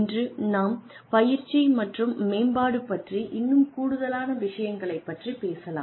இன்று நாம் பயிற்சி மற்றும் மேம்பாடு பற்றி இன்னும் கூடுதலான விஷயங்களைப் பற்றிப் பேசலாம்